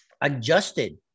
adjusted